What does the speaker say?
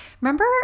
remember